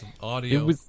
audio